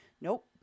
nope